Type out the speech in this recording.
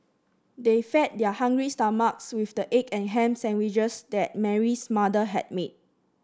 they fed their hungry stomachs with the egg and ham sandwiches that Mary's mother had made